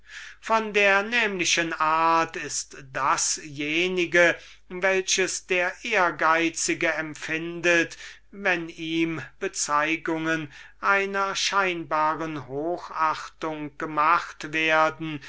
von dieser art ist dasjenige welches der ehrgeizige empfindet wenn ihm bezeugungen einer scheinbaren hochachtung oder unterwürfigkeit gemacht werden